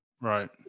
Right